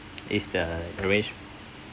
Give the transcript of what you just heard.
is the arranged